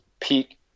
peak